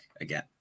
again